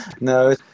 no